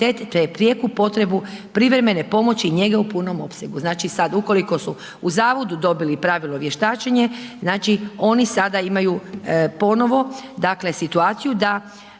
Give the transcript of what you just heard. prijeku potrebu privremene pomoći njege u punom opsegu. Znači sad, ukoliko su u zavodu dobili pravilno vještačenje, znači oni sada imaju ponovo dakle situaciju da